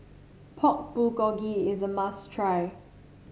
Pork Bulgogi is a must try